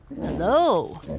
Hello